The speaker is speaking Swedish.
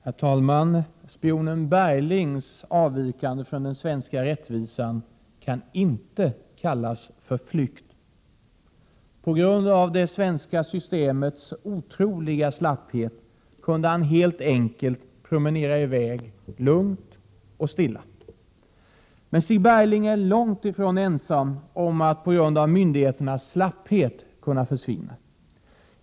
Herr talman! Spionen Berglings avvikande från den svenska rättvisan kan inte kallas flykt. På grund av det svenska systemets otroliga slapphet kunde han helt enkelt promenera i väg, lugnt och stilla. Men Stig Bergling är långt ifrån ensam om att på grund av myndigheternas slapphet kunna försvinna.